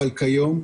אבל כיום,